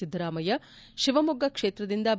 ಸಿದ್ದರಾಮಯ್ಯ ಶಿವಮೊಗ್ಗ ಕ್ಷೇತ್ರದಿಂದ ಬಿ